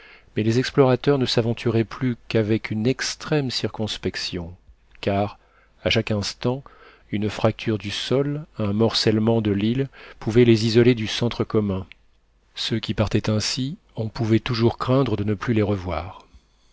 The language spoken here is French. mais les explorateurs ne s'aventuraient plus qu'avec une extrême circonspection car à chaque instant une fracture du sol un morcellement de l'île pouvaient les isoler du centre commun ceux qui partaient ainsi on pouvait toujours craindre de ne plus les revoir